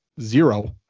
zero